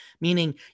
meaning